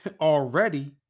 already